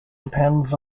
depends